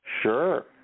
Sure